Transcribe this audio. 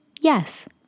yes